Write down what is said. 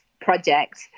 project